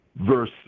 Verse